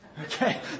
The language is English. Okay